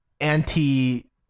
anti